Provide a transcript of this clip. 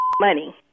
money